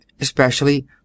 especially